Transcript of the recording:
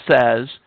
says